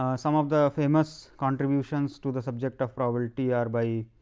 some of the famous contribution to the subject of probability are by